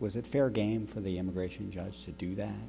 was it fair game for the immigration judge to do that